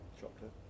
Chocolate